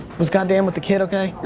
was goddamn with the kid okay?